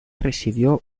recibió